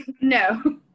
No